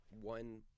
one